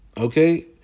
okay